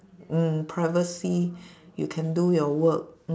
mm privacy you can do your work mm